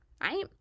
Right